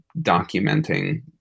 documenting